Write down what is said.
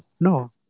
no